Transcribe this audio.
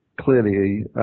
clearly